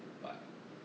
but